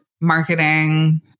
marketing